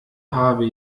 habe